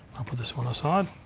i'll put this one aside.